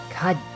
God